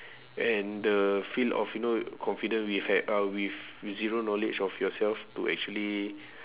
and the feel of you know confidence with a~ uh with with zero knowledge of yourself to actually